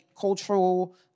cultural